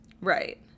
Right